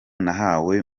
nahawe